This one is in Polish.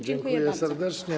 Dziękuję serdecznie.